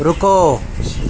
رکو